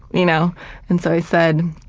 you know and so i said,